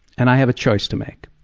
and i have a choice to make,